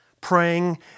Praying